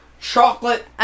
Chocolate